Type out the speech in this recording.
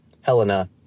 Helena